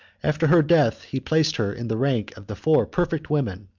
after her death, he placed her in the rank of the four perfect women,